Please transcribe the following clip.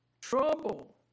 trouble